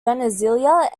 venezuela